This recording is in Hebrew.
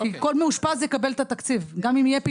אני אומרת שהחוק הזה,